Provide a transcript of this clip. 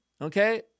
okay